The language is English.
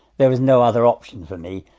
there was no other option for me,